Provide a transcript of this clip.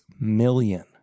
million